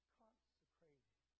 consecrated